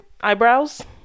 eyebrows